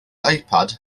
ipad